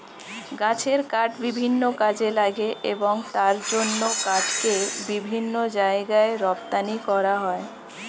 গাছের কাঠ বিভিন্ন কাজে লাগে এবং তার জন্য কাঠকে বিভিন্ন জায়গায় রপ্তানি করা হয়